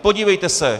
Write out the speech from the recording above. Podívejte se.